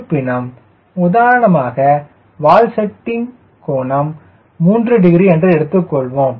இருப்பினும் உதாரணமாக வால் செட்டிங் கோணம் 3 டிகிரி என்று எடுத்துக் கொள்வோம்